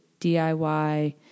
diy